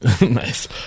Nice